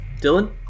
Dylan